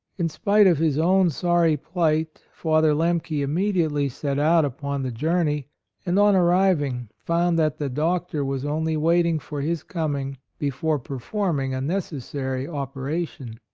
in spite of his own sorry plight, father lemke im mediately set out upon the journey and on arriving found that the doctor was only wait ing for his coming before per forming a necessary operation.